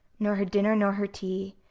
nor her dinner, nor her tea,